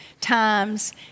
times